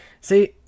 See